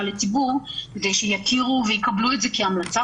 לציבור כדי שיכירו ויקבלו את זה כהמלצה,